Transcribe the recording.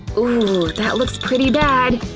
ooh, that looks pretty bad!